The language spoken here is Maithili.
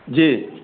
जी